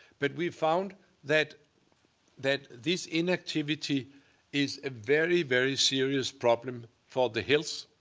but we've found that that this inactivity is a very, very serious problem for the health.